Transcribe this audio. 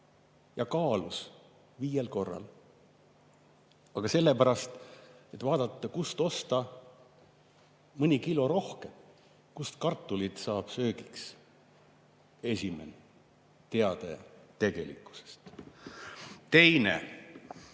ja kaalus viiel korral, selleks et vaadata, kust osta mõni kilo rohkem, kust kartulit saab söögiks. Esimene teade tegelikkusest. Teine.